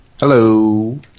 Hello